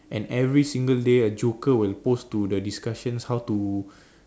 and every single day a joker would post to the discussion how to